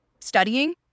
studying